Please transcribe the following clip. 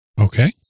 Okay